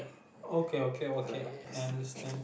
okay okay okay I understand